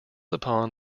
upon